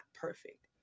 perfect